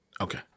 Okay